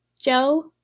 Joe